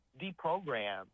deprogram